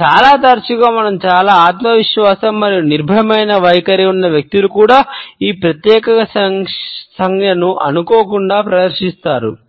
చాలా తరచుగా మనకు చాలా ఆత్మవిశ్వాసం మరియు నిర్భయమైన వైఖరి ఉన్న వ్యక్తులు కూడా ఈ ప్రత్యేక సంజ్ఞను అనుకోకుండా ప్రదర్శిస్తారు